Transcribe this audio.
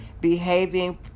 behaving